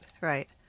right